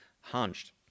hunched